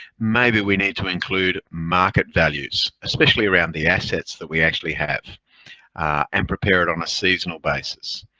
maybe we need to include market values especially around the assets that we actually have and prepare it on a seasonal basis.